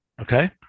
Okay